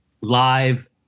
live